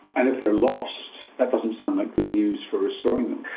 and if they're lost, that doesn't sound like good news for restoring them.